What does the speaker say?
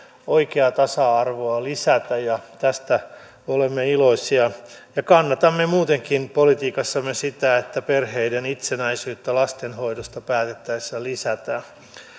oikeaa tasa arvoa lisätä tästä me olemme iloisia ja kannatamme muutenkin politiikassamme sitä että perheiden itsenäisyyttä lastenhoidosta päätettäessä lisätään